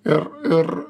ir ir